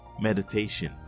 Meditation